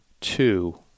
two